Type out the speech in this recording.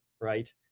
right